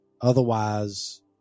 Otherwise